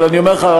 אבל אני אומר לך,